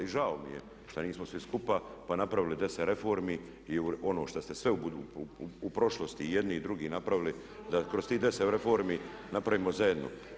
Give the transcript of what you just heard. I žao mi je što nismo svi skupa pa napravili 10 reformi i ono što ste sve u prošlosti i jedni i drugi napravili da kroz tih deset reformi napravimo zajedno.